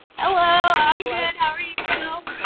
hello, i'm good, how are you? yeah